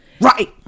Right